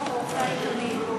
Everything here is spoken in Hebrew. לא רק לעורכי העיתונים?